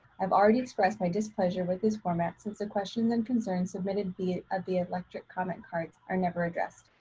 i've already expressed my displeasure with this format since the questions and concerns submitted via ah via electric comment cards are never addressed.